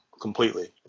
completely